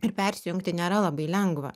ir persijungti nėra labai lengva